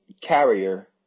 carrier